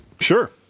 Sure